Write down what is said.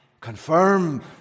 Confirm